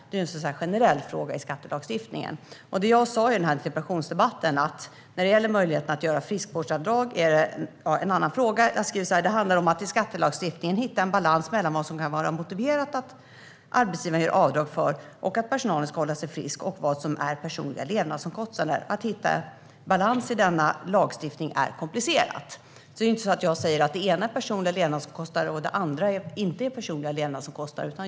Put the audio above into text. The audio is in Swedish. Det jag sa i den interpellationsdebatten när det gäller möjligheten att göra friskvårdsavdrag var: "Det handlar om att i skattelagstiftningen hitta en balans mellan vad som kan vara motiverat att arbetsgivaren gör avdrag för för att personalen ska hålla sig frisk och vad som är personliga levnadsomkostnader. Att hitta denna balans i lagstiftningen är komplicerat." Jag säger inte att det ena är personliga levnadsomkostnader men att det andra inte är det.